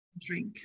drink